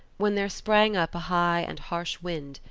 when there sprang up a high and harsh wind,